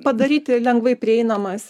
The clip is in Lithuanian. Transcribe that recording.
padaryti lengvai prieinamas